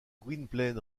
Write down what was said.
gwynplaine